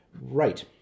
Right